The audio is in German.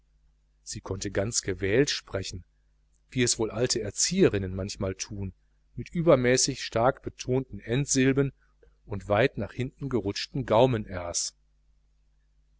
sie konnte ganz gewählt sprechen wie es wohl alte erzieherinnen manchmal tun mit übermäßig stark betonten endsilben und weit nach hinten gerutschten gaumen